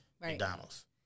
McDonald's